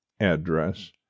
address